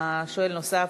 שואל נוסף,